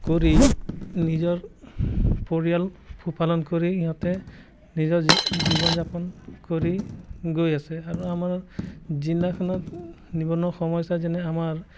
কৰি নিজৰ পৰিয়াল পোহ পালন কৰি ইহঁতে নিজৰ জী জীৱন যাপন কৰি গৈ আছে আৰু আমাৰ জিলাখনত নিবনুৱা সমস্যা যেনে আমাৰ